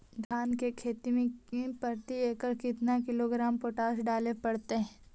धान की खेती में प्रति एकड़ केतना किलोग्राम पोटास डाले पड़तई?